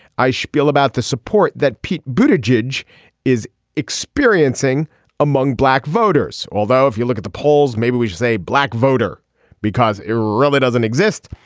i spiel about the support that pete booted george is experiencing among black voters. although if you look at the polls maybe we should say black voter because it really doesn't exist.